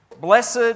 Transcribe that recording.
Blessed